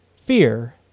fear